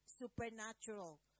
supernatural